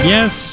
Yes